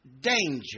danger